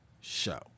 show